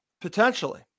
Potentially